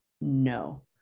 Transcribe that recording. no